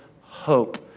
hope